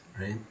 right